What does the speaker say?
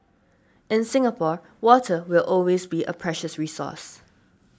in Singapore water will always be a precious resource